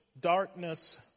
darkness